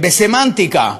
בסמנטיקה,